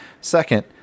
second